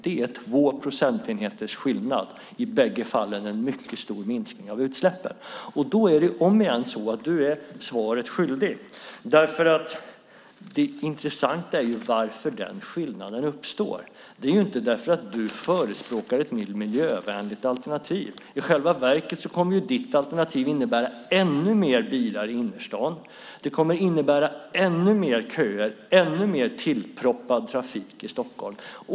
Det är två procentenheters skillnad, i bägge fallen en mycket stor minskning av utsläppen. Då är det om igen så att du är svaret skyldig, därför att det intressanta är varför den skillnaden uppstår. Det är ju inte därför att du förespråkar ett nytt miljövänligt alternativ. I själva verket kommer ditt alternativ att innebära ännu mer bilar i innerstaden. Det kommer att innebära ännu mer köer, ännu mer tillproppad trafik i Stockholm.